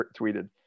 tweeted